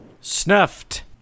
Snuffed